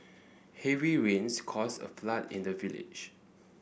heavy rains caused a flood in the village